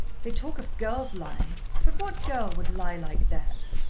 they talk of girls lying but what girl would lie like that?